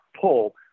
pull